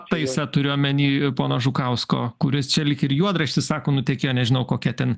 taisa turiu omeny pono žukausko kuris čia lyg ir juodraštis sako nutekėjo nežinau kokia ten